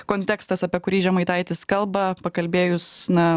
kontekstas apie kurį žemaitaitis kalba pakalbėjus na